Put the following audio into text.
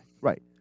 Right